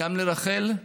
גם לרחל,